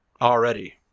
already